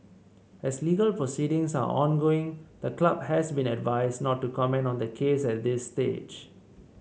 as legal proceedings are ongoing the club has been advised not to comment on the case at this stage